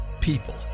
people